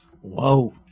Whoa